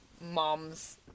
mom's